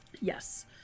yes